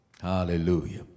Hallelujah